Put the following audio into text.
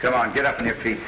come on get up on your feet